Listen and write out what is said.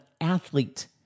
athlete